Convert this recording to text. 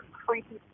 creepy